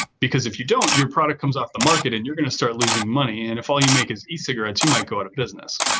because if you don't, your product comes off the market and you're going to start losing money. and if all you make is is e-cigarettes, you might go out of business.